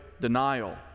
denial